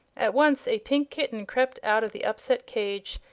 at once a pink kitten crept out of the upset cage,